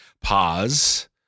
pause